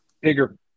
bigger